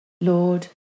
Lord